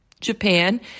Japan